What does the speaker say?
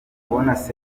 kubona